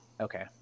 okay